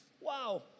Wow